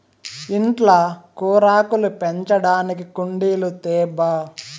ఇంట్ల కూరాకులు పెంచడానికి కుండీలు తేబ్బా